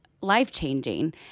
life-changing